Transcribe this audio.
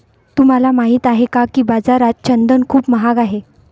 तुम्हाला माहित आहे का की बाजारात चंदन खूप महाग आहे?